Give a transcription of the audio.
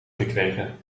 gekregen